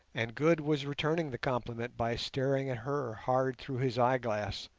and good was returning the compliment by staring at her hard through his eyeglass,